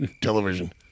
television